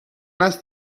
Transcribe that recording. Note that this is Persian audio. است